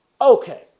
Okay